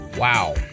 Wow